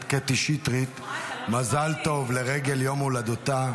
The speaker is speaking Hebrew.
קטי שטרית מזל טוב לרגל יום הולדתה.